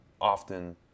often